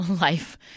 life